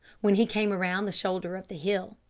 when he came round the shoulder of the hill.